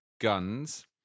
guns